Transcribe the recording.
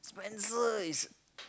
Spencer is